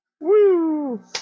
Woo